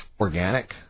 organic